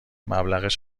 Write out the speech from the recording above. مبلغش